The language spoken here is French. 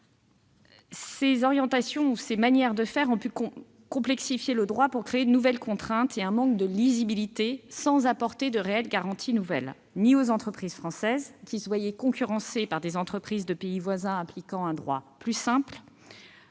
entreprises. Ces manières de faire ont abouti à complexifier le droit en créant de nouvelles contraintes et elles ont entraîné un manque de lisibilité sans apporter de réelles garanties nouvelles, ni aux entreprises françaises, qui se voyaient concurrencées par des entreprises de pays voisins appliquant un droit plus simple